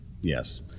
Yes